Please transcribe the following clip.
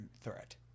threat